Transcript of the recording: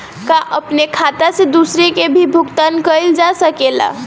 का अपने खाता से दूसरे के भी भुगतान कइल जा सके ला?